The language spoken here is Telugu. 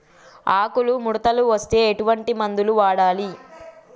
ఆకులు ముడతలు వస్తే ఎటువంటి మందులు వాడాలి?